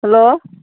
hello